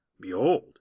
Behold